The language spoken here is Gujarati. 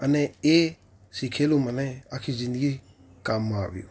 અને એ શિખેલું મને આખી જિંદગી કામમાં આવ્યું